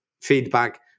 feedback